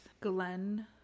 Glenn